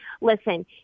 listen